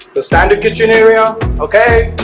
the standard kitchen area okay